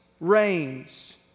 reigns